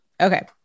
Okay